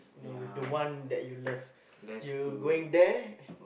no with one that you love you going there